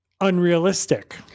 unrealistic